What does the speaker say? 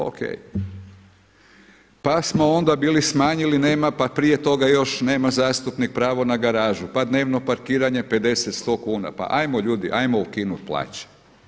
O.k. pa smo onda bili smanjili nema pa prije toga još nema zastupnik pravo na garažu pa dnevno parkiranje 50, 100 kuna pa ajmo ljudi, ajmo ukinut plaće.